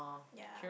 ya